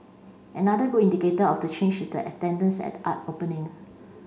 another good indicator of the change is the attendance at art openings